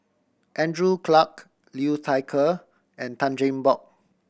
Andrew Clarke Liu Thai Ker and Tan Cheng Bock